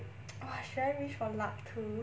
!hais! should I wish for luck too